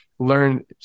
learn